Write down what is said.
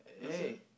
Hey